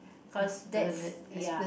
cause that's ya